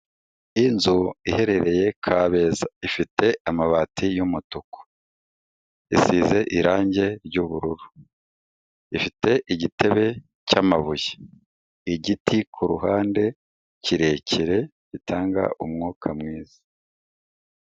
Inzu iherereye Kabeza, ifite amabati y'umutuku, isize irangi ry'ubururu, ifite igitebe cy'amabuye, igiti ku ruhande kirekire gitanga umwuka mwiza.